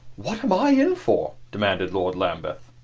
what am i in for? demanded lord lambeth.